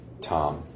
Tom